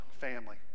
family